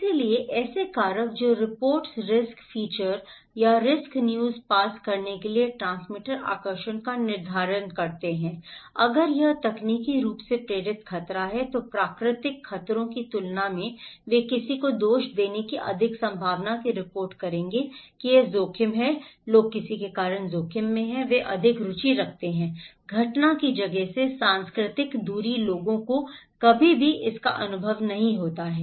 इसलिए ऐसे कारक जो रिपोर्ट रिस्क फ़ीचर या रिस्क न्यूज़ पास करने के लिए ट्रांसमीटर आकर्षण का निर्धारण करते हैं अगर यह तकनीकी रूप से प्रेरित खतरा है तो प्राकृतिक खतरों की तुलना में वे किसी को दोष देने की अधिक संभावना की रिपोर्ट करेंगे कि यह जोखिम है लोग किसी के कारण जोखिम में हैं वे अधिक रुचि रखते हैं घटना की जगह से सांस्कृतिक दूरी लोगों को कभी भी इसका अनुभव नहीं होता है